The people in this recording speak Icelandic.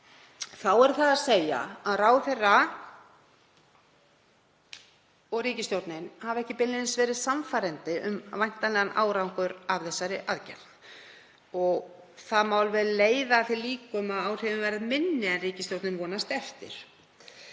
Þá er það að segja að ráðherra og ríkisstjórnin hafa ekki beinlínis verið sannfærandi um væntanlegan árangur af þessari aðgerð. Það má alveg leiða að því líkur að áhrifin verði minni en ríkisstjórnin vonast eftir.